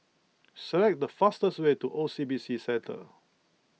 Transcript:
select the fastest way to O C B C Centre